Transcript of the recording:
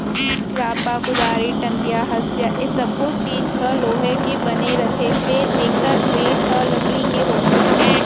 रांपा, कुदारी, टंगिया, हँसिया ए सब्बो चीज ह लोहा के बने रथे फेर एकर बेंट ह लकड़ी के होथे